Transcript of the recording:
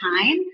time